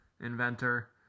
inventor